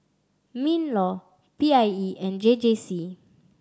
MinLaw P I E and J J C